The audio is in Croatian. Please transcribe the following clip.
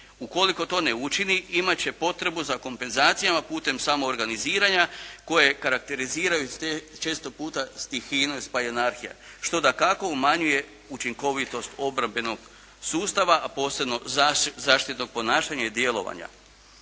Ukoliko to ne učini imat će potrebu za kompenzacijama putem samoorganiziranja koje karakteriziraju često puta stihina i spajonarhija što dakako umanjuje učinkovitost obrambenog sustava a posebno zaštitnog ponašanja i djelovanja.